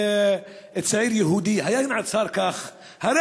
צעיר יהודי נעצר כך במקומו,